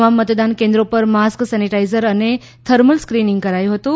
તમામ મતદાન કેન્દ્રો પર માસ્ક સેનેટાઇઝર અને થર્મલ સ્ક્રીનીંગ કરાયું હતું